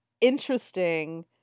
interesting